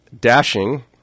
dashing